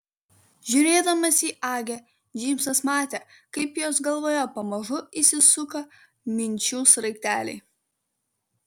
žiūrėdamas į agę džeimsas matė kaip jos galvoje pamažu įsisuka minčių sraigteliai